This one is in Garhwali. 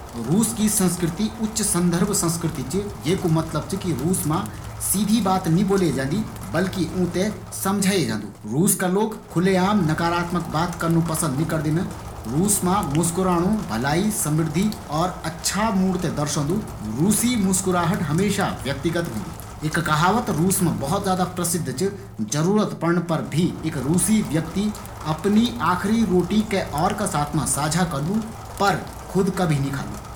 रूस की संस्कृति उच्च सन्दर्भ संस्कृति च। येकू मतलब च कि रूस मा सीधी बात नी बोले जांदी बल्कि ऊँ थें समझाये जांदू। रूस का लोग खुले आम नकारात्मक बात करनू पसंद नी करदिन। रूस मा मुस्कुराणु भलाई, समृद्धि और अच्छा मूड थें दर्शोन्दु। रूसी मुस्कुराहट हमेशा व्यक्तिगत होंदी। एक कहावत रूस मा बहुत ज्यादा प्रसिद्ध च जरूरत पड़न पर भी एक रूसी व्यक्ति अपनी आखिरी रोटी कै और का साथ मा साझा करलु पर खुद कभी नी खालू।